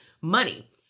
money